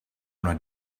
una